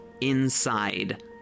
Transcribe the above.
inside